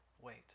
wait